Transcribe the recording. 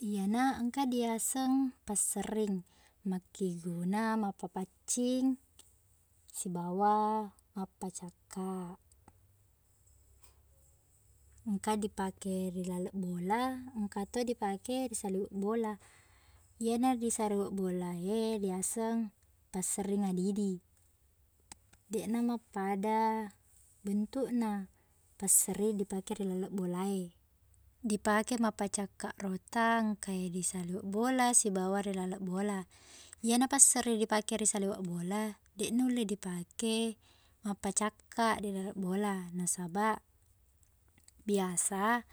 Iyena engka diaseng passerring. Makkiguna mappapaccing sibawa mappacakka. Engka dipake ri laleng bola, engka to dipake ri saliweng bola. Iyena di saliweng bola e liaseng passerring adidi. Deqna mappada bentukna passering dipake ri laleng bola e. Dipake mappacakka rotang engka e ri saliweng bola sibawa ri laleng bola. Iyena passering ripake ri saliweng bola, deq nulle dipake mappacakka di laleng bola. Nasabaq, biasa-